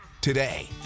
today